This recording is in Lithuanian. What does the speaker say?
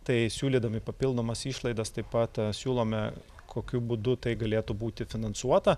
tai siūlydami papildomas išlaidas taip pat siūlome kokiu būdu tai galėtų būti finansuota